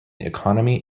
economy